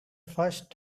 first